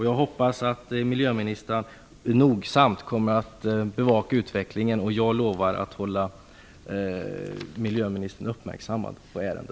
Jag hoppas att miljöministern nogsamt kommer att bevaka utvecklingen. Jag lovar att se till så att miljöministern är uppmärksam på detta ärende.